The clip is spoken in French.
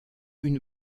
une